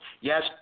Yes